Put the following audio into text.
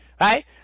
right